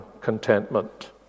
contentment